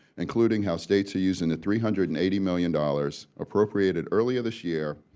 including how states are using the three hundred and eighty million dollars appropriated earlier this year,